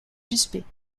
suspects